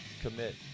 commit